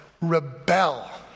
rebel